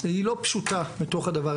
היא יו"ר המל"ג בתוקף תפקידה.